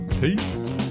Peace